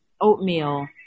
oatmeal